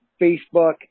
Facebook